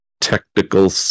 technical